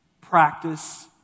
practice